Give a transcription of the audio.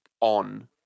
on